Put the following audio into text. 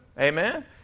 Amen